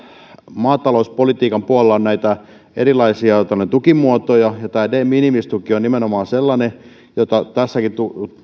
maatalouspolitiikan puolella on erilaisia tukimuotoja ja de minimis tuki on nimenomaan sellainen jota tässäkin